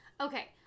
Okay